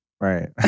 Right